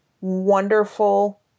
wonderful